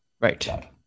Right